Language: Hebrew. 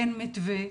אין מתווה,